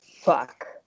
fuck